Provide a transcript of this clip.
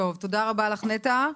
תודה רבה לך, נטע.